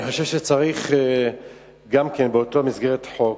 אני חושב שבאותה מסגרת חוק,